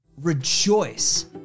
Rejoice